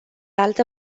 altă